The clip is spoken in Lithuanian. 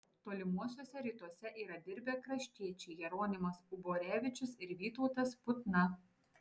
tolimuosiuose rytuose yra dirbę kraštiečiai jeronimas uborevičius ir vytautas putna